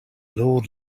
lord